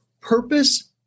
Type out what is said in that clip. Purpose